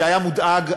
שהיה מודאג.